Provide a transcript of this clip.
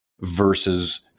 versus